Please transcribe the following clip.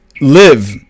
live